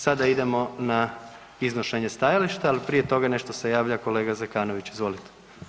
Sada idemo na iznošenje stajališta, ali prije toga, nešto se javlja kolega Zekanović, izvolite.